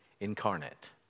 incarnate